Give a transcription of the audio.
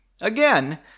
Again